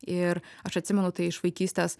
ir aš atsimenu tai iš vaikystės